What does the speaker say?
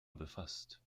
befasst